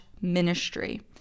ministry